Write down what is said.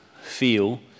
feel